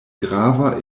grava